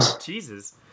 Jesus